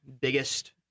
biggest